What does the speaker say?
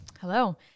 hello